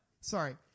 Sorry